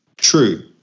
True